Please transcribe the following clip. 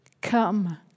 come